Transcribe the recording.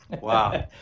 Wow